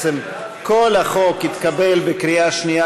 כל החוק התקבל בקריאה שנייה,